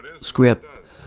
script